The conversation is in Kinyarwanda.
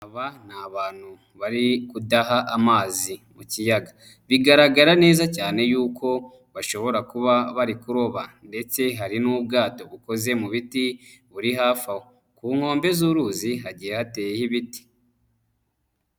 Aba ni abantu bari kudaha amazi mu kiyaga. Bigaragara neza cyane yuko bashobora kuba bari kuroba ndetse hari n'ubwato bukoze mu biti buri hafi aho. Ku nkombe z'uruzi hagiye hateyeho ibiti.